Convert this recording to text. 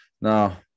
now